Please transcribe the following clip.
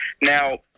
Now